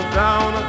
down